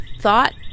thought